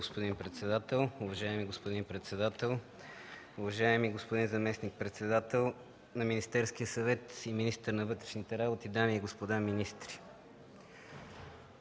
господин председател. Уважаеми господин председател, уважаеми господин заместник-председател на Министерския съвет и министър на вътрешните работи, дами и господа министри!